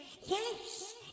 yes